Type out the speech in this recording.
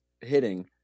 hitting